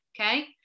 okay